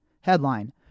Headline